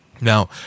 Now